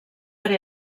per